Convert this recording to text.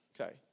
Okay